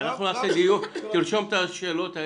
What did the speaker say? אנחנו נקיים דיון, תרשום את השאלות האלה.